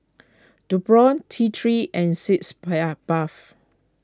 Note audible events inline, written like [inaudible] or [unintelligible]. Nepro T three and Sitz [unintelligible] Bath